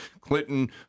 Clinton